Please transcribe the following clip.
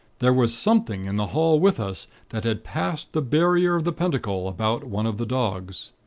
there was something in the hall with us that had passed the barrier of the pentacle about one of the dogs.